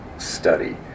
study